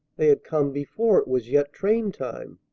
they had come before it was yet train-time!